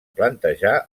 plantejar